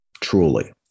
Truly